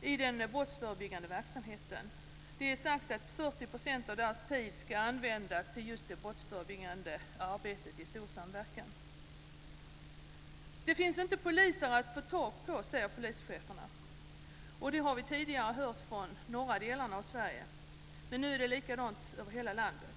i den brottsförebyggande verksamheten. Det är sagt att 40 % av deras tid ska användas till just det brottsförebyggande arbetet i stor samverkan. Det finns inte poliser att få tag på säger polischeferna. Det har vi tidigare hört från de norra delarna av Sverige. Nu är det likadant över hela landet.